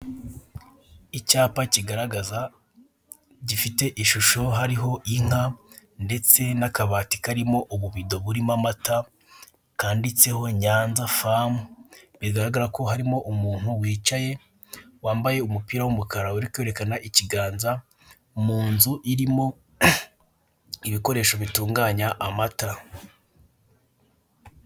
Icyapa kigaragaza gifite ishusho hariho inka ndetse n'akabati karimo ububido burimo amata, kanditseho Nyanza famu bigaragara ko harimo umuntu wicaye. Wambaye umupira w'umukara uri kwerekana ikiganza, mu nzu irimo ibikoresho bitunganya amata.